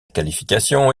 qualification